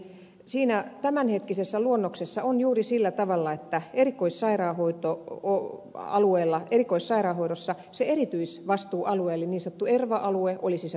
siinä tämänhetkisessä luonnoksessa on juuri sillä tavalla että erikoissairaanhoitoalueella erikoissairaanhoidossa se erityisvastuualue eli niin sanottu erva alue olisi se valinnanvapausalue